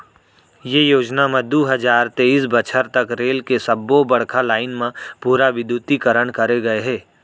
ये योजना म दू हजार तेइस बछर तक रेल के सब्बो बड़का लाईन म पूरा बिद्युतीकरन करे गय हे